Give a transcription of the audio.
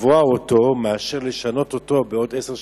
לקבוע מאשר לשנות אותו בעוד עשר שנים,